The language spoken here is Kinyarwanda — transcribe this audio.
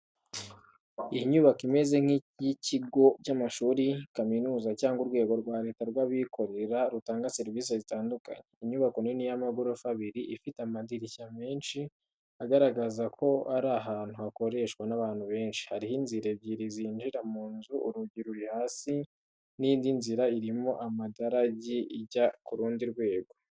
Inyubako imeze nk'iy’ikigo cy’amashuri, kaminuza, cyangwa urwego rwa leta rw'abikorera rutanga serivisi zitandukanye. Inyubako nini y’amagorofa abiri, ifite amadirishya menshi agaragaza ko ari ahantu hakoreshwa n’abantu benshi. Hariho inzira ebyiri zinjira mu nzu, urugi ruri hasi n’indi nzira irimo amadarajyi ijya ku rundi rwego.